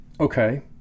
Okay